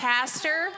Pastor